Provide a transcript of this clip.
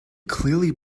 clearly